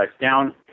down